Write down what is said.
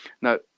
Now